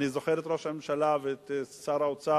אני זוכר את ראש הממשלה ואת שר האוצר: